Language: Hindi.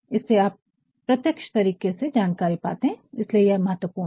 इससे आप प्रत्यक्ष तरीके से जानकारी पाते हैं इसीलिए यह महत्वपूर्ण है